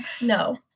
No